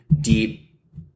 deep